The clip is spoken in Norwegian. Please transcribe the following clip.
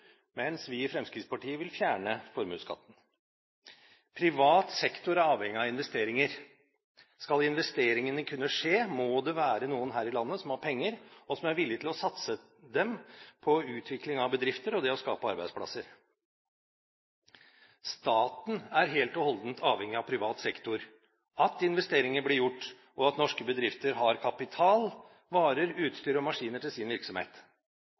mens vi i Fremskrittspartiet vil fjerne formuesskatten. Privat sektor er avhengig av investeringer. Skal investeringene kunne skje, må det være noen her i landet som har penger, og som er villig til å satse dem på utvikling av bedrifter og det å skape arbeidsplasser. Staten er helt og holdent avhengig av privat sektor, at investeringer blir gjort, og at norske bedrifter har kapital, varer, utstyr og maskiner til sin virksomhet.